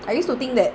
I used to think that